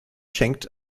schenkt